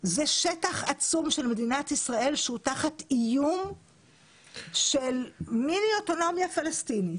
שטח עצום של מדינת ישראל שהוא תחת איום של מיני אוטונומיה פלסטינית.